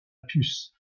puce